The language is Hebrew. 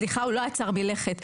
סליחה, הוא לא עצר מלכת.